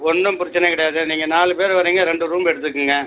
ஒன்றும் பிரச்சின கிடையாது நீங்கள் நாலு பேரு வரிங்க ரெண்டு ரூம்மு எடுத்துக்குங்கள்